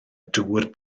dŵr